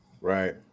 Right